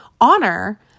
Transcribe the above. honor